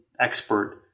expert